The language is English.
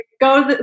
Go